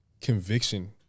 conviction